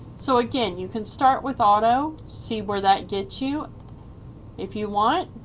so again you can start with auto see where that gets you if you want